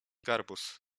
garbus